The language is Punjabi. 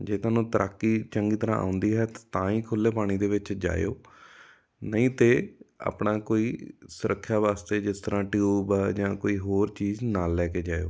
ਜੇ ਤੁਹਾਨੂੰ ਤੈਰਾਕੀ ਚੰਗੀ ਤਰ੍ਹਾਂ ਆਉਂਦੀ ਹੈ ਤ ਤਾਂ ਹੀ ਖੁੱਲ੍ਹੇ ਪਾਣੀ ਦੇ ਵਿੱਚ ਜਾਇਓ ਨਹੀਂ ਤਾਂ ਆਪਣਾ ਕੋਈ ਸੁਰੱਖਿਆ ਵਾਸਤੇ ਜਿਸ ਤਰ੍ਹਾਂ ਟਿਊਬ ਆ ਜਾਂ ਕੋਈ ਹੋਰ ਚੀਜ਼ ਨਾਲ ਲੈ ਕੇ ਜਾਇਓ